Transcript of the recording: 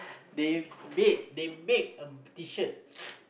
they made they make a t-shirt